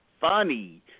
funny